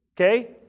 okay